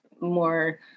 more